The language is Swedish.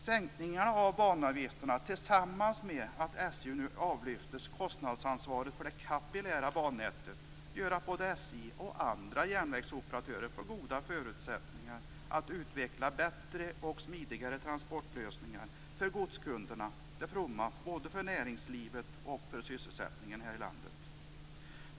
Sänkningarna av banavgifterna gör, tillsammans med att SJ nu avlyfts kostnadsansvaret för det kapillära bannätet, att både SJ och andra järnvägsoperatörer får goda förutsättningar att utveckla bättre och smidigare transportlösningar för godskunderna. Det är till fromma för både näringslivet och sysselsättningen här i landet.